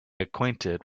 acquainted